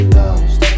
lost